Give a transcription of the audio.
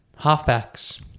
Halfbacks